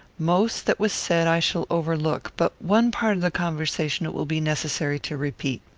most that was said i shall overlook but one part of the conversation it will be necessary to repeat.